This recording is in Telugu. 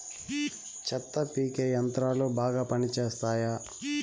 చెత్త పీకే యంత్రాలు బాగా పనిచేస్తాయా?